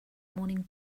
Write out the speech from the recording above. morning